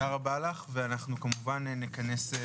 תודה רבה לך, ואנחנו כמובן נכנס,